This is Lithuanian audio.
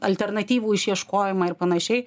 alternatyvų išieškojimą ir panašiai